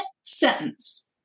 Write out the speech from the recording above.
sentence